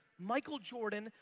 michael jordan,